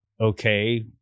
okay